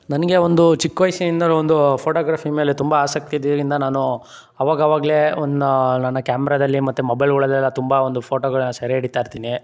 ನನಗೆ ಒಂದು ಚಿಕ್ಕ ವಯಸ್ಸಿನಿಂದಲೂ ಒಂದು ಫೋಟೋಗ್ರಾಫಿ ಮೇಲೆ ತುಂಬ ಆಸಕ್ತಿ ಇದ್ದರಿಂದ ನಾನು ಅವಾಗ ಅವಾಗಲೇ ಒನ್ ನನ್ನ ಕ್ಯಾಮ್ರದಲ್ಲಿ ಮತ್ತೆ ಮೊಬೈಲುಗಳಲ್ಲೆಲ್ಲ ತುಂಬ ಒಂದು ಫೋಟೋಗಳನ್ನ ಸೆರೆಹಿಡಿತಾ ಇರ್ತೀನಿ